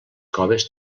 coves